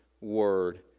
Word